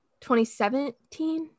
2017